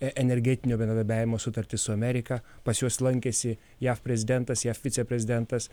energetinio bendradarbiavimo sutartį su amerika pas juos lankėsi jav prezidentas jav viceprezidentas